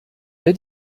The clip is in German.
wer